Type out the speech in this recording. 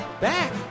Back